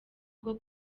bwo